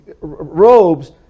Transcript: robes